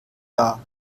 dar